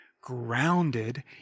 grounded